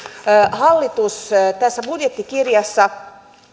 hallitus tässä budjettikirjassa